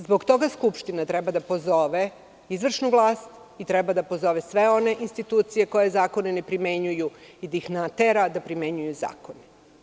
Zbog toga Skupština treba da pozove izvršnu vlast i treba da pozove sve institucije koje zakone ne primenjuju i da ih natera da primenjuju zakone.